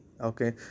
okay